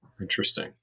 Interesting